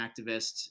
activists